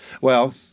Well